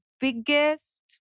biggest